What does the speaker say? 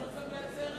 צריך לייצר,